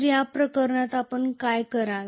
तर या प्रकरणात आपण काय कराल